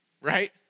Right